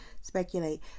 speculate